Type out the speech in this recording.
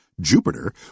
Jupiter